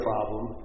problem